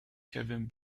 kevin